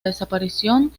desaparición